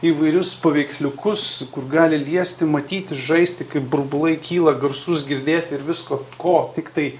įvairius paveiksliukus kur gali liesti matyti žaisti kaip burbulai kyla garsus girdėti ir visko ko tiktai